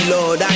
Lord